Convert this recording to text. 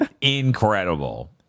Incredible